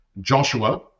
Joshua